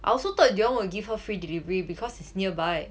I also thought dion will give her free delivery because it's nearby